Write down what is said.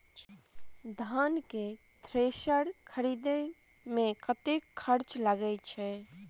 धान केँ थ्रेसर खरीदे मे कतेक खर्च लगय छैय?